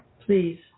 please